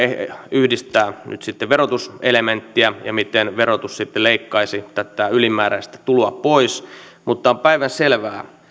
yhdistää nyt sitten verotuselementtiä ja sitä miten verotus sitten leikkaisi tätä ylimääräistä tuloa pois mutta on päivänselvää